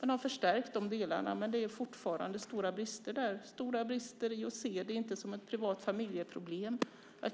Man har förstärkt de delarna, men det är fortfarande stora brister. Det är stora brister i att inte se det som ett privat familjeproblem.